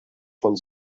von